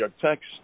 text